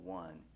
one